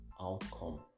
outcome